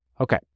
Okay